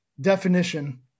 definition